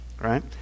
right